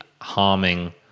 harming